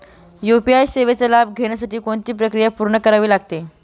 UPI सेवेचा लाभ घेण्यासाठी कोणती प्रक्रिया पूर्ण करावी लागते?